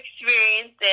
experiences